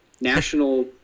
national